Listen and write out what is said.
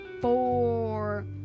four